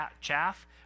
chaff